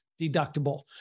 deductible